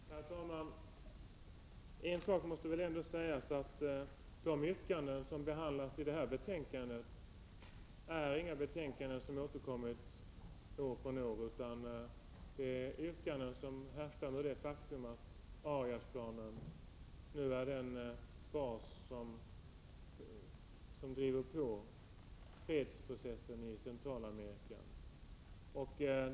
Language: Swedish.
Herr talman! En sak måste väl ändå sägas, och det är att de yrkanden som behandlas i det föreliggande betänkandet är inga yrkanden som återkommit år efter år, utan det är yrkanden som härrör ur det faktum att Ariasplanen nu är den bas på vilken fredsprocessen i Centralamerika drivs.